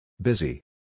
busy